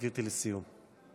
גברתי, לסיום.